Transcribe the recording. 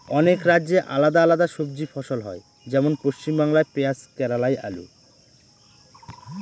অনেক রাজ্যে আলাদা আলাদা সবজি ফসল হয়, যেমন পশ্চিমবাংলায় পেঁয়াজ কেরালায় আলু